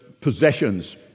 possessions